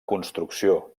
construcció